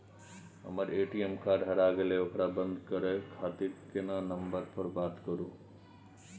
हमर ATM card हेराय गेले ओकरा बंद करे खातिर केना नंबर पर बात करबे?